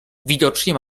widocznie